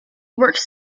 works